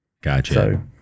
Gotcha